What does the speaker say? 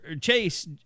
Chase